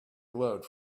glowed